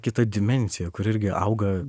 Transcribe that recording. kita dimensija kur irgi auga